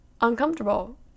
uncomfortable